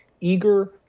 eager